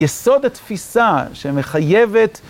יסוד התפיסה שמחייבת